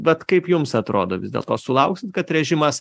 bet kaip jums atrodo vis dėlto sulauksit kad režimas